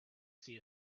see